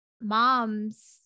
mom's